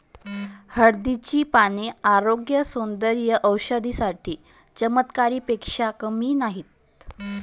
हळदीची पाने आरोग्य, सौंदर्य आणि औषधी साठी चमत्कारापेक्षा कमी नाहीत